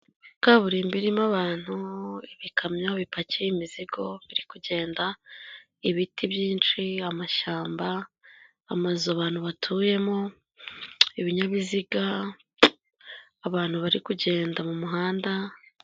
Kaburimbo irimo abantu, ibikamyo bipakiye imizigo biri kugenda, ibiti byinshi, amashyamba, amazu abantu batuyemo, ibinyabiziga, abantu bari kugenda mu muhanda.